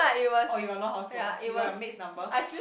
oh you got no house phone you got your maid's number